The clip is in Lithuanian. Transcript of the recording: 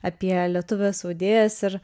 apie lietuves audėjas ir